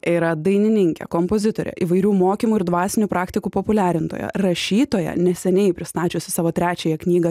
yra dainininkė kompozitorė įvairių mokymų ir dvasinių praktikų populiarintoja rašytoja neseniai pristačiusi savo trečiąją knygą